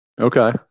Okay